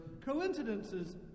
coincidences